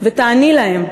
ותעני להם: